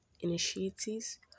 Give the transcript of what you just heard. initiatives